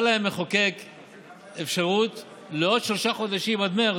המחוקק נתן להם אפשרות לעוד שלושה חודשים, עד מרץ,